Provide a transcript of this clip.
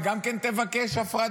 היא גם כן תבקש הפרדה?